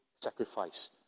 sacrifice